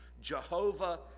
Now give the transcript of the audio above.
Jehovah